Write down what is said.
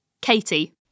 Katie